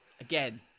again